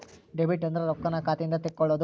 debit ಅಂದ್ರ ರೊಕ್ಕಾನ್ನ ಖಾತೆಯಿಂದ ತೆಕ್ಕೊಳ್ಳೊದು